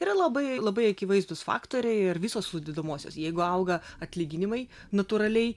yra labai labai akivaizdūs faktoriai ar visos sudedamosios jeigu auga atlyginimai natūraliai